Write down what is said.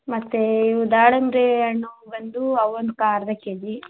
ಮತ್ತೆ ಇವು ದಾಳಿಂಬೆ ಹಣ್ಣು ಬಂದು ಅವು ಒಂದು ಕಾ ಅರ್ಧ ಕೆಜಿ